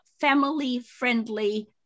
family-friendly